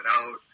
out